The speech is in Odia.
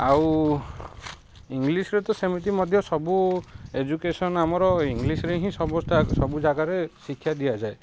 ଆଉ ଇଂଲିଶରେ ତ ସେମିତି ମଧ୍ୟ ସବୁ ଏଜୁକେସନ ଆମର ଇଂଲିଶରେ ହିଁ ସବୁ ସବୁ ଜାଗାରେ ଶିକ୍ଷା ଦିଆଯାଏ